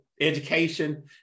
education